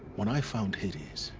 when i found hades.